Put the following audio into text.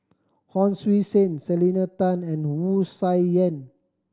Hon Sui Sen Selena Tan and Wu Tsai Yen